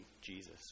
Jesus